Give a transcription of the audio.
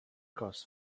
costs